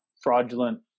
fraudulent